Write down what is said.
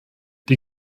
die